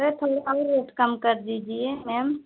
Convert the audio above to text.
अरे थोड़ा और रेट कम कर दीजिए मैम